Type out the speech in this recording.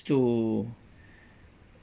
to